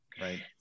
Right